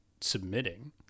submitting